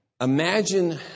imagine